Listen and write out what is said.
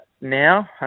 now